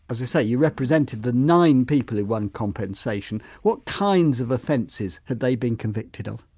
as i say, you represented the nine people who won compensation, what kinds of offences had they been convicted of?